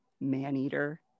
Maneater